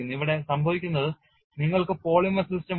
ഇവിടെ സംഭവിക്കുന്നത് നിങ്ങൾക്ക് പോളിമർ സിസ്റ്റം ഉണ്ട്